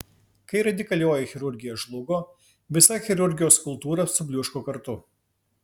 kai radikalioji chirurgija žlugo visa chirurgijos kultūra subliūško kartu